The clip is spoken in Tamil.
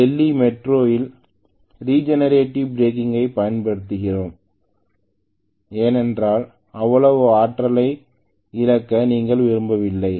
டெல்லி மெட்ரோ இல் ரிஜெனரேட்டிவ் பிரேக்கிங் ஐ பயன்படுத்துகிறோம் ஏனென்றால் இவ்வளவு ஆற்றலை இழக்க நாங்கள் விரும்பவில்லை